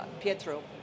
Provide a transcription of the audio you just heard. Pietro